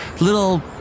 little